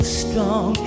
strong